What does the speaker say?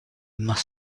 must